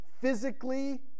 physically